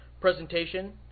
Presentation